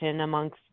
amongst